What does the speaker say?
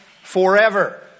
forever